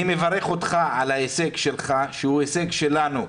אני מברך אותך על ההישג שלך, שהוא הישג שלנו,